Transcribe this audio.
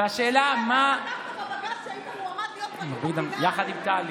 והשאלה מה, בבג"ץ כשהיית מועמד, יחד עם טלי.